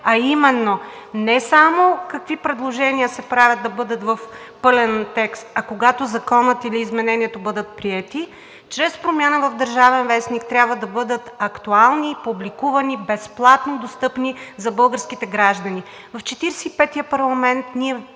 А именно не само какви предложения се правят – да бъдат в пълен текст, а когато законът или изменението бъдат приети, чрез промяна в „Държавен вестник“ трябва да бъдат актуални и публикувани безплатно, достъпни за българските граждани. В Четиридесет и